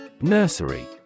Nursery